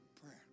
prayer